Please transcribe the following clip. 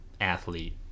athlete